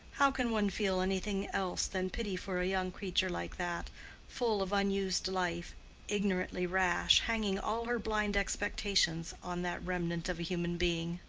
how can one feel anything else than pity for a young creature like that full of unused life ignorantly rash hanging all her blind expectations on that remnant of a human being.